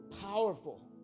powerful